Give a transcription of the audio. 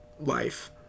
life